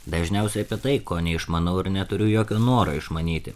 dažniausia apie tai ko neišmanau ir neturiu jokio noro išmanyti